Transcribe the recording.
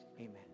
Amen